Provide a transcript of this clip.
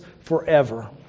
forever